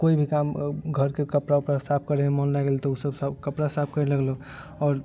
कोइ भी काम घरके कपड़ा ओपड़ा साफ करैमे मन लागि गेल तऽ ओ सब कपड़ा साफ करे लगलै आओर